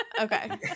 Okay